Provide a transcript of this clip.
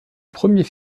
premier